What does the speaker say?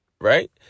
right